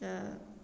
तऽ